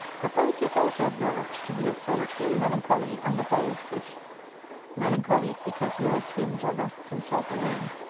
the pike is also observed to be a solitary, melancholy, and a bold fish melancholy, because he always swims or rests himself alone,